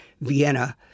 Vienna